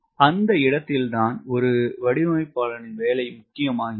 அந்த இடத்தில் தான் ஒரு வடிவமைப்பாளனின் வேலை முக்கியமாகிறது